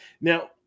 Now